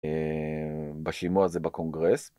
בשימוע הזה בקונגרס.